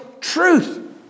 truth